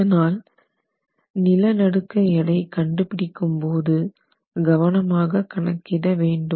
அதனால் நிலநடுக்க எடை கண்டுபிடிக்கும் போது கவனமாக கணக்கிட வேண்டும்